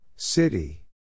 City